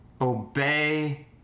obey